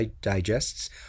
digests